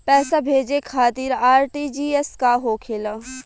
पैसा भेजे खातिर आर.टी.जी.एस का होखेला?